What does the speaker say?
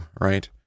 right